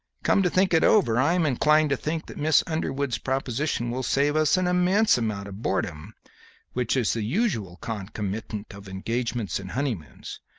come to think it over, i am inclined to think that miss underwood's proposition will save us an immense amount of boredom which is the usual concomitant of engagements and honeymoons.